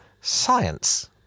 science